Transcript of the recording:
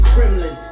Kremlin